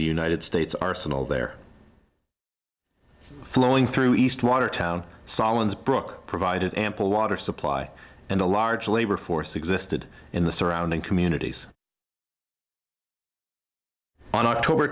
the united states arsenal there flowing through east watertown sahlins brook provided ample water supply and a large labor force existed in the surrounding communities on october